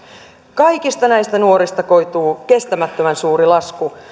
kaikista näistä nuorista koituu kestämättömän suuri lasku